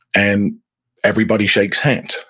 and everybody shakes hands.